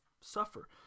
suffer